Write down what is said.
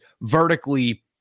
vertically